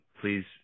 please